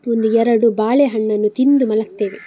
ಒಂದು ಎರಡು ಬಾಳೆಹಣ್ಣನ್ನು ತಿಂದು ಮಲಗ್ತೇವೆ